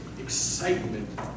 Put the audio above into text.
excitement